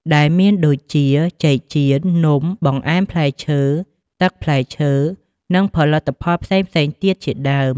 ដែលមានដូចជាចេកចៀន នំ បង្អែមផ្លែឈើ ទឹកផ្លែឈើ និងផលិតផលផ្សេងៗទៀតជាដើម។